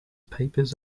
papers